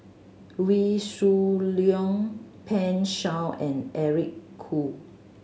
Wee Shoo Leong Pan Shou and Eric Khoo